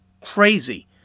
crazy